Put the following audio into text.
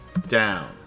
Down